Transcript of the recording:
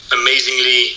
amazingly